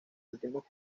últimos